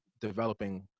developing